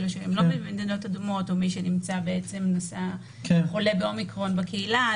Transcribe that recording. ממדינות אדומות או מי שנמצא חולה ב-אומיקרון בקהילה.